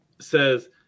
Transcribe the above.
says